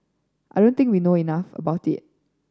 I do not think we know enough about it